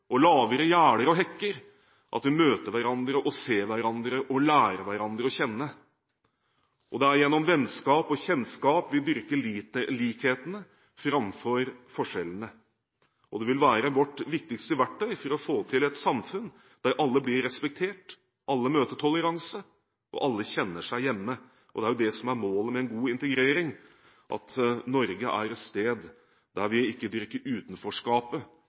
og lavere gjerder og hekker vi møter hverandre og ser hverandre og lærer hverandre å kjenne. Det er gjennom vennskap og kjennskap vi dyrker likhetene framfor forskjellene. Det vil være vårt viktigste verktøy for å få til et samfunn der alle blir respektert, alle møter toleranse og alle kjenner seg hjemme. Og det er jo det som er målet med en god integrering: at Norge er et sted der vi ikke dyrker utenforskapet,